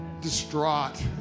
distraught